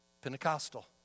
Pentecostal